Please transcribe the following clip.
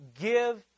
give